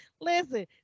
Listen